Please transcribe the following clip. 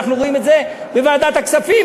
אנחנו רואים את זה בוועדת הכספים,